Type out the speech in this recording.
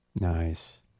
Nice